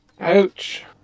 Ouch